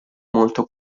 molto